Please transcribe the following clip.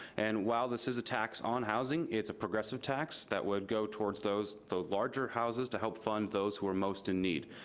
and while this is a tax on housing, it's a progressive tax that would go towards those, the larger houses, to help fund those who are most in need.